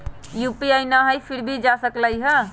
UPI न हई फिर भी जा सकलई ह?